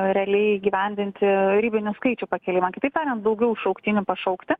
realiai įgyvendinti ribinių skaičių pakėlimą kitaip tariant daugiau šauktinių pašaukti